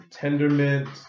Tendermint